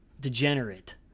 degenerate